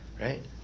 right